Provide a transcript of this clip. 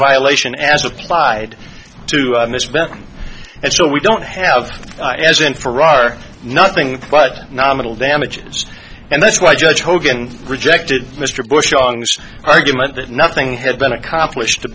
violation as applied to a misspelling and so we don't have as in farrar nothing but nominal damages and that's why judge hogan rejected mr bush on the argument that nothing had been accomplished to